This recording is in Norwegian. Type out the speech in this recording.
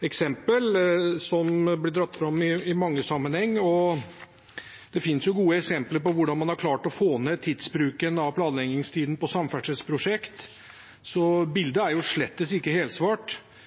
eksempel, som blir dratt fram i mange sammenhenger, og det finnes gode eksempler på hvordan man har klart å få ned tidsbruken i planleggingstiden på samferdselsprosjekter, så bildet er slett ikke helsvart.